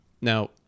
Now